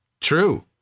True